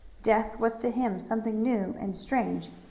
death was to him something new and strange,